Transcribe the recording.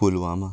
Pulwama